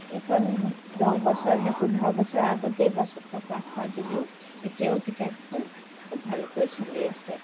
এইখন দহ বছৰ নে পোন্ধৰ বছৰ আগতেই প্ৰচ প্ৰকাশ হোৱা যদিও এতিয়াও কিতাপখন খুব ভালকৈ চলি আছে